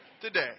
today